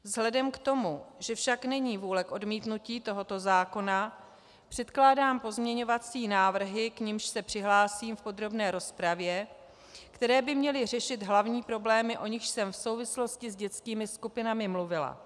Vzhledem k tomu, že však není vůle k odmítnutí tohoto zákona, předkládám pozměňovací návrhy, k nimž se přihlásím v podrobné rozpravě, které by měly řešit hlavní problémy, o nichž jsem v souvislosti s dětskými skupinami mluvila.